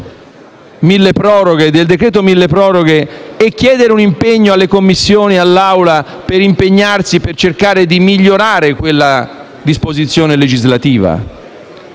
nel decreto milleproroghe e chiedere un impegno alle Commissioni e all'Assemblea per cercare di migliorare quella disposizione legislativa?